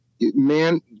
man